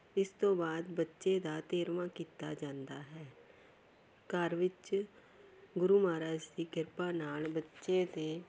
ਇਸ ਤੋਂ ਬਾਅਦ ਬੱਚੇ ਦਾ ਤੇਰਵਾਂ ਕੀਤਾ ਜਾਂਦਾ ਘਰ ਵਿੱਚ ਗੁਰੂ ਮਹਾਰਾਜ ਦੀ ਕਿਰਪਾ ਨਾਲ ਬੱਚੇ ਦੇ